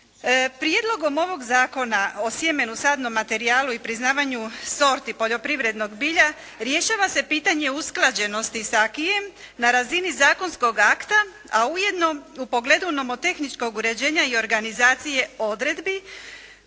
Prijedlogom ovog Zakona o sjemenu, sadnom materijalu i priznavanju sorti poljoprivrednog bilja rješava se pitanje usklađenosti sa aquisom na razini zakonskog akta, a ujedno u pogledu nomotehničkog uređenja i organizacije odredbi